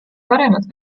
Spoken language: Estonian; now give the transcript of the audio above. paremad